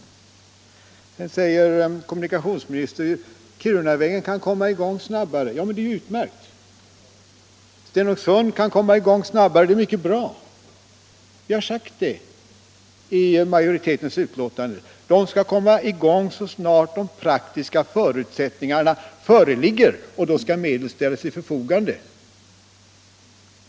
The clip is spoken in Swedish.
Vidare säger kommunikationsministern: Arbetet med Kirunavägen kan komma i gång snabbare. Ja, men det är ju utmärkt. Stenungsundsprojektet kan komma i gång snabbare — det är mycket bra. Vi har i majoritetens yttrande sagt: Dessa byggen skall komma i gång så snart de praktiska förutsättningarna föreligger, och då skall medel ställas till förfogande.